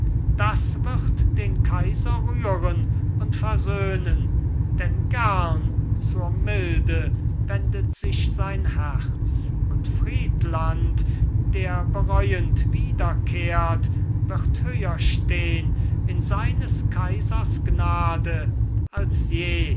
das wird den kaiser rühren und versöhnen denn gern zur milde wendet sich sein herz und friedland der bereuend wiederkehrt wird höherstehn in seines kaisers gnade als je